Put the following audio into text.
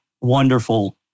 wonderful